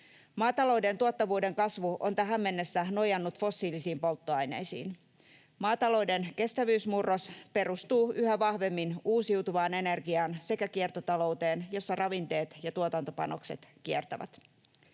Maatalouden tuottavuuden kasvu on tähän mennessä nojannut fossiilisiin polttoaineisiin. Maatalouden kestävyysmurros perustuu yhä vahvemmin uusiutuvaan energiaan sekä kiertotalouteen, jossa ravinteet ja tuotantopanokset kiertävät.